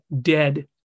dead